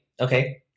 okay